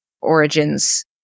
origins